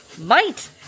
Might